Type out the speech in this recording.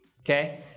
Okay